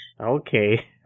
Okay